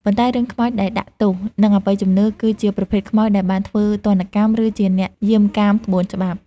ប៉ុន្តែរឿងខ្មោចដែលដាក់ទោស និងអបិយជំនឿ គឺជាប្រភេទខ្មោចដែលបានធ្វើទណ្ឌកម្ម ឬជាអ្នកយាមកាមក្បួនច្បាប់។